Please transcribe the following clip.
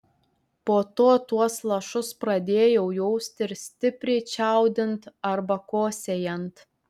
po to tuos lašus pradėjau jausti ir stipriai čiaudint arba kosėjant